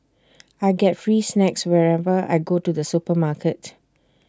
I get free snacks whenever I go to the supermarket